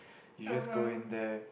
you just go in there